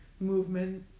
movement